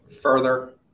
further